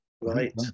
Right